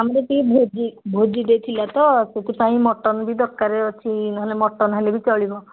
ଆମର ଟିକେ ଭୋଜି ଭୋଜିଟେ ଥିଲା ତ ସେଥିପାଇଁ ମଟନ ବି ଦରକାର ଅଛି ନହେଲେ ମଟନ ହେଲେ ବି ଚଳିବ